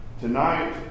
Tonight